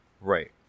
Right